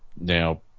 now